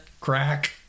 crack